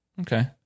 Okay